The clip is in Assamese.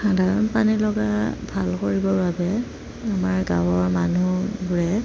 সাধাৰণ পানী লগা ভাল কৰিবৰ বাবে আমাৰ গাঁৱৰ মানুহবোৰে